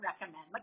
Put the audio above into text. recommend